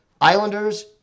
Islanders